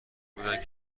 بودند